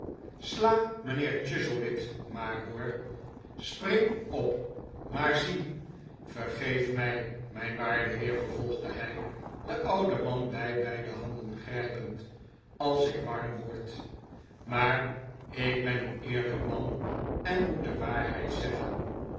sla mijnheer chuzzlewit maar hoor spring op maar zie vergeef mij mijn waarde heer vervolgde hij den ouden man bij beide handen grijpend als ik warm word maar ik ben een eerlijk man en moet de waarheid zeggen